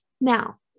Now